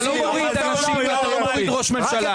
אתה לא מוריד אנשים כמו לפיד מראשות הממשלה,